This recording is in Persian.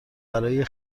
برای